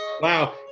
Wow